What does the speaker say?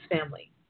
family